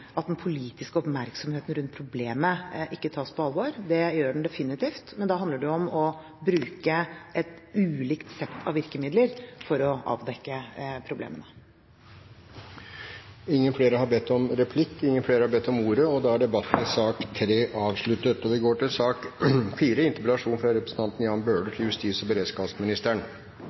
at den politiske oppmerksomheten rundt problemet ikke tas på alvor, det gjør den definitivt, men da handler det om å bruke et ulikt sett av virkemidler for å avdekke problemene. Replikkordskiftet er omme. Flere har ikke bedt om